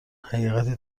حقیقتی